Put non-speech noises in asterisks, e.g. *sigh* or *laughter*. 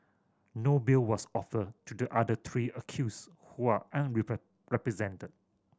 no bail was offered to the other three accused who are *unintelligible* represented